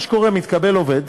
מה שקורה, מתקבל עובד,